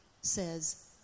says